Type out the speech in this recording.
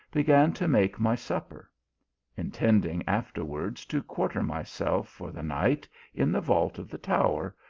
began to make my supper intending afterwards to quarter myself for the night in the vault of the tower,